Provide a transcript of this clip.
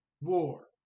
war